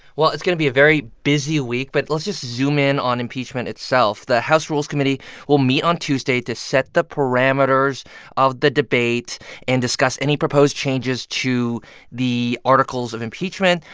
well, it's going to be a very busy week, but let's just zoom in on impeachment itself. the house rules committee will meet on tuesday to set the parameters of the debate and discuss any proposed changes to the articles of impeachment.